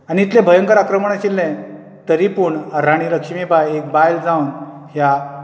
आनी इतलें भयंकर आक्रमण आशिल्ले तरी पूण राणी लक्ष्मीबाई एक बायल जावन ह्या